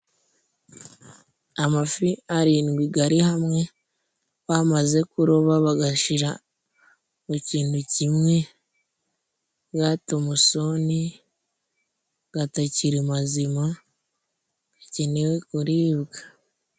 Amafi arindwi gari hamwe bamaze kuroba bagashira mu kintu kimwe, ga tumusoni gatakiri mazima, gakenewe kuribwa.